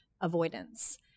avoidance